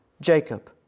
Jacob